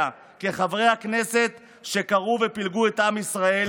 כחברי הכנסת שקרעו ופילגו את עם ישראל.